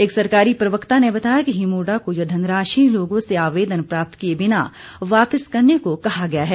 एक सरकारी प्रवक्ता ने बताया कि हिमुडा को यह धनराशि लोगों से आवेदन प्राप्त किए बिना वापिस करने को कहा गया है